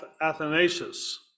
Athanasius